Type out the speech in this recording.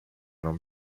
non